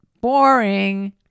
boring